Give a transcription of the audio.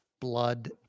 blood